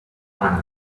final